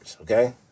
okay